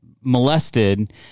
molested